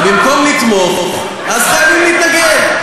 ובמקום לתמוך, אז חייבים להתנגד.